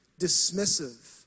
dismissive